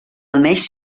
almenys